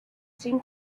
seemed